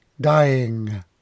dying